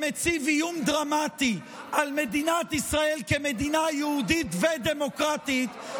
שמציב איום דרמטי על מדינת ישראל כמדינה יהודית ודמוקרטית,